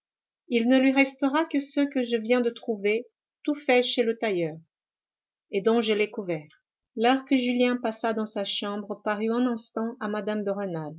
il ne lui restera que ce que je viens de trouver tout fait chez le tailleur et dont je l'ai couvert l'heure que julien passa dans sa chambre parut un instant à mme